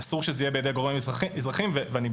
אסור שזה יהיה בידי גורם אזרחי ואני גם